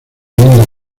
enmiendas